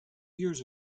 years